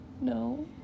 No